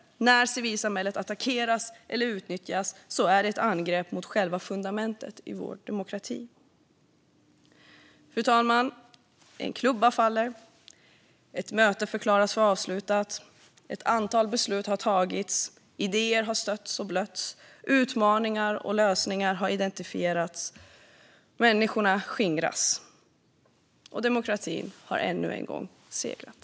När civilsamhället attackeras eller utnyttjas är det ett angrepp mot själva fundamentet för vår demokrati. Fru talman! En klubba faller. Ett möte förklaras för avslutat. Ett antal beslut har tagits. Idéer har stötts och blötts, och utmaningar och lösningar har identifierats. Människorna skingras. Och demokratin har ännu en gång segrat.